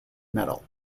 metal